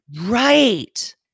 Right